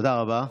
תודה רבה.